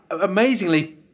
amazingly